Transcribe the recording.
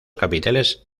capiteles